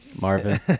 Marvin